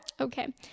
Okay